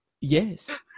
Yes